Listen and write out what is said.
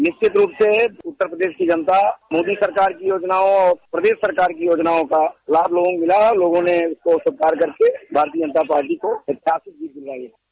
निश्चित रूप से उत्तर प्रदेश की जनता मोदी सरकार की योजनाओं प्रदेश सरकार की योजनाओं का लाभ उन्हें मिला है लोगों ने इसको स्वीकार करके भारतीय जनतापार्टी अप्रत्याशित जीत दिलाई है